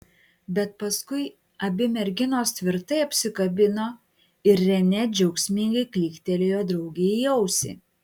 bet paskui abi merginos tvirtai apsikabino ir renė džiaugsmingai klyktelėjo draugei į ausį